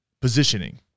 positioning